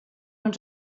ens